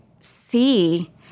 see